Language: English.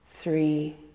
three